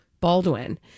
Baldwin